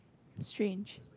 strange